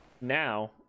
now